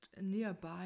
nearby